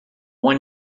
one